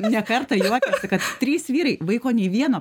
ne kartą juokiasi kad trys vyrai vaiko nei vieno